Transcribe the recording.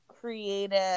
creative